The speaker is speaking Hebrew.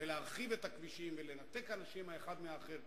להרחיב את הכבישים ולנתק את האנשים האחד מהאחר.